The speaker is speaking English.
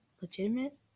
legitimate